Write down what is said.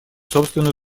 собственную